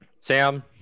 Sam